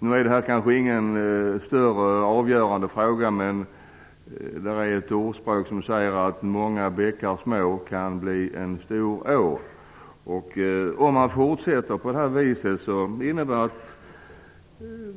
Detta är kanske ingen avgörande och stor fråga. Men ett ordspråk säger många bäckar små kan bli en stor å. Om man fortsätter på det här viset får